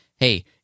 hey